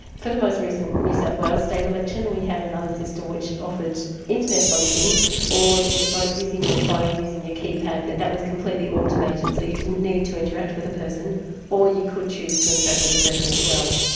for the most recent new south wales state election we had another system, which offered internet voting or you could vote using your phone, using your ah keypad, but that that was completely automated, so you didn't need to interact with a person or you could choose to interact with a person as well.